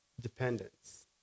dependence